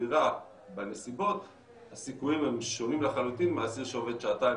סבירה בנסיבות הסיכויים הם שונים לחלוטין מאסיר שעובד שעתיים